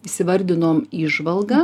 įsivardinom įžvalgą